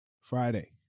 Friday